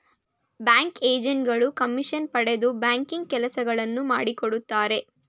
bank agent ಗಳು commission ಪಡೆದು banking ಕೆಲಸಗಳನ್ನು ಮಾಡಿಕೊಡುತ್ತಾರೆ